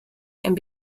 and